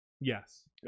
yes